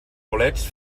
bolets